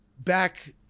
back